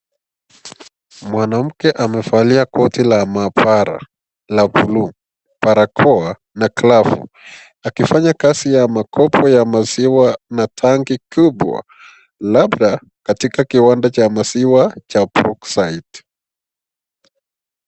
Mwanamke amevalia koti la mapara la blue . barakoa na glavu. Akifanya kazi ya makopo ya maziwa na tanki kubwa labda katikati kiwanda cha maziwa cha brookside.